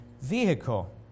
vehicle